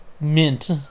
mint